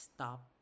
Stop